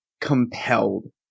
compelled